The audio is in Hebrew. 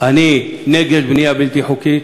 אני נגד בנייה בלתי חוקית,